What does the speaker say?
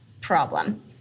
problem